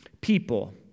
people